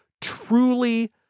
truly